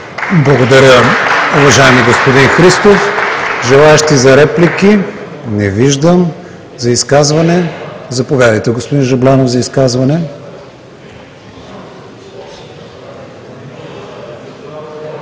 Благодаря, уважаеми господин Христов. Желаещи за реплики? Не виждам. За изказване? Заповядайте, господин Жаблянов – за изказване.